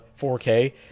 4K